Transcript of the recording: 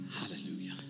Hallelujah